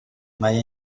mae